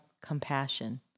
compassion